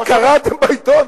אה, קראתם בעיתון.